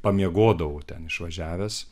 pamiegodavau ten išvažiavęs